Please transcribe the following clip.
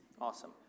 Awesome